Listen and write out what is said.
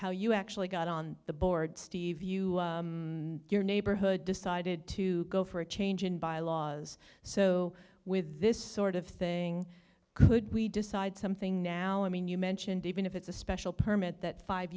how you actually got on the board steve you and your neighborhood decided to go for a change in bylaws so with this sort of thing could we decide something now i mean you mentioned even if it's a special permit that five